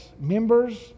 members